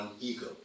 ego